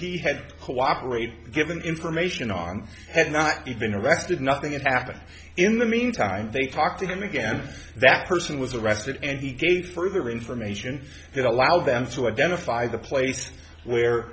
he had cooperated given information on had not even arrested nothing that happened in the meantime they talked to him again that person was arrested and he gave further information that allowed them to identify the place where